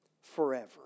forever